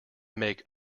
make